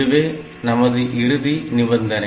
இதுவே நமது இறுதி நிபந்தனை